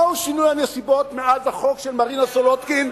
מהו שינוי הנסיבות מאז החוק של מרינה סולודקין,